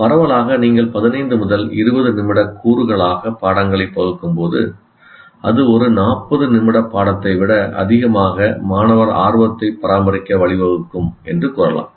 பரவலாக நீங்கள் 15 முதல் 20 நிமிட கூறுகளாக பாடங்களை பகுக்கும்போது அது ஒரு 40 நிமிட பாடத்தை விட அதிகமாக மாணவர் ஆர்வத்தை பராமரிக்க வழிவகுக்கும் என்று கூறலாம்